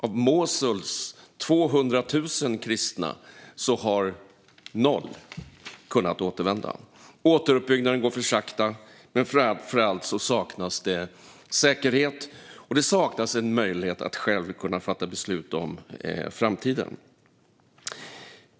Av Mosuls 200 000 kristna har noll kunnat återvända. Återuppbyggnaden går för sakta, men framför allt saknas det säkerhet och möjlighet att själv fatta beslut om framtiden.